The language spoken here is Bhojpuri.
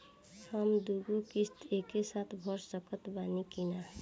हम दु गो किश्त एके साथ भर सकत बानी की ना?